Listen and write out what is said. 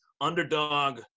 underdog